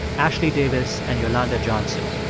ashley davis and yolanda johnson.